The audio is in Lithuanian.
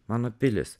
mano pilis